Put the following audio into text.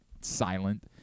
silent